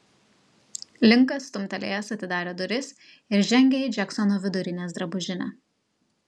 linkas stumtelėjęs atidarė duris ir žengė į džeksono vidurinės drabužinę